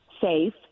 safe